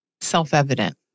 self-evident